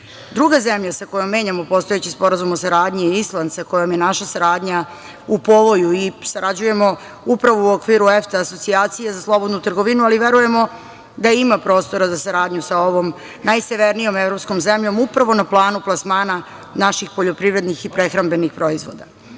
zemlja sa kojom menjamo postojeći sporazum o saradnji je Island sa kojom je naša saradnja u povoju i sarađujemo upravo u okviru EFTA asocijacije za slobodnu trgovinu, ali verujemo da ima prostora za saradnju sa ovom najsevernijom evropskom zemljom upravo na planu plasmana naših poljoprivrednih i prehrambenih proizvoda. Sklapanjem